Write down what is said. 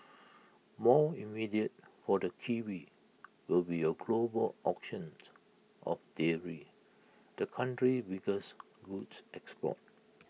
more immediate for the kiwi will be A global auctions of dairy the country's biggest goods export